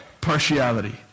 partiality